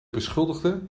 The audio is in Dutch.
beschuldigde